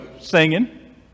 singing